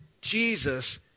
Jesus